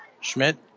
Schmidt